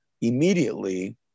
immediately